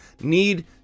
need